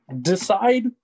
decide